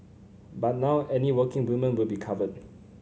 but now any working woman will be covered